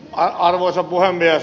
arvoisa puhemies